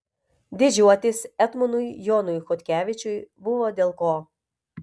didžiuotis etmonui jonui chodkevičiui buvo dėl ko